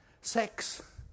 Sex